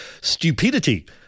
stupidity